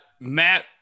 matt